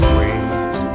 wait